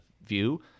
view